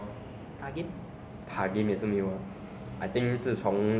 对啊朋友之间这是 ah 久久一次要沟通